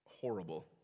horrible